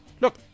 Look